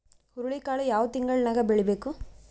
ಹುರುಳಿಕಾಳು ಯಾವ ತಿಂಗಳು ನ್ಯಾಗ್ ಬೆಳಿಬೇಕು?